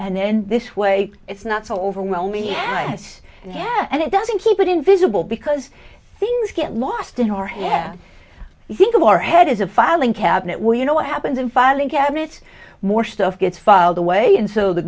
and then this way it's not so overwhelming yes yes and it doesn't keep it invisible because these get lost in your hair you think of your head as a filing cabinet where you know what happens in filing cabinets more stuff gets filed away and so the